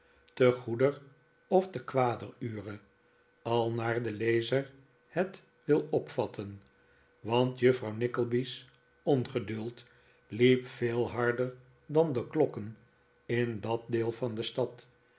te goeder of te kwader ure al naar de lezer het wil opvatten want juffrouw nickleby's ongeduld liep veel harder dan de klokken in dat deel van de stad